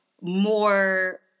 more